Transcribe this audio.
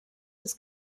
des